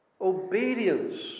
obedience